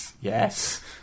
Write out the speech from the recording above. Yes